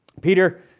Peter